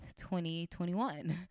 2021